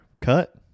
cut